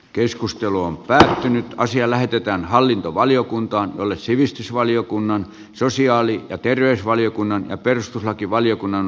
keskustelu on päätetty asia lähetetään hallintovaliokuntaan jolle sivistysvaliokunnan sosiaali ja terveysvaliokunnan ja perustuslakivaliokunnan